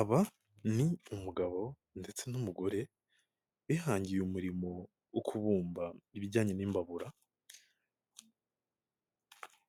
Aba ni umugabo ndetse n'umugore bihangiye umurimo wo kubumba ibijyanye n'imbabura